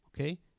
okay